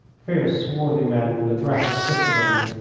fierce, swarthy men in the dress of citizens,